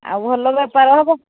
ଆଉ ଭଲ ବେପାର ହବ